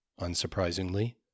Unsurprisingly